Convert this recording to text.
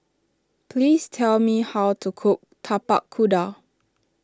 please tell me how to cook Tapak Kuda